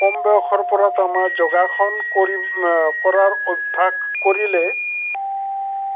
কম বয়সৰ পৰা আমাৰ যোগাসন কৰি কৰাৰ অভ্যাস কৰিলে